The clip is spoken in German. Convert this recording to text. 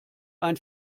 ein